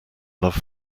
love